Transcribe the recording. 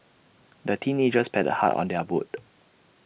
the teenagers paddled hard on their boat